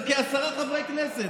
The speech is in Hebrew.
כ-10 חברי כנסת.